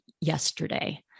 yesterday